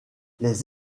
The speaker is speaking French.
les